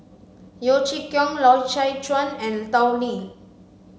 Yeo Chee Kiong Loy Chye Chuan and Tao Li